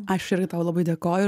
aš irgi tau labai dėkoju